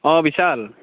অ' বিছাল